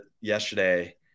yesterday